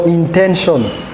intentions